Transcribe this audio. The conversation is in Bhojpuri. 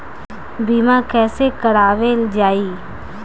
बीमा कैसे कराएल जाइ?